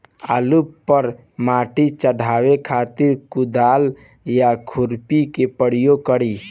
आलू पर माटी चढ़ावे खातिर कुदाल या खुरपी के प्रयोग करी?